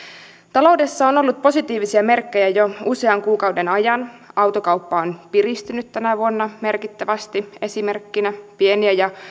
taloudessa on ollut positiivisia merkkejä jo usean kuukauden ajan autokauppa on piristynyt tänä vuonna merkittävästi esimerkkinä pieniä ja